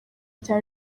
cyane